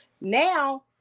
Now